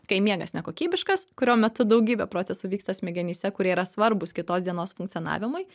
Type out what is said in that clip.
kai miegas nekokybiškas kurio metu daugybė procesų vyksta smegenyse kurie yra svarbūs kitos dienos funkcionavimui